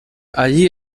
allí